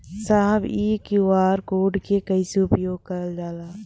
साहब इ QR code के कइसे उपयोग करल जाला?